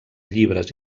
llibres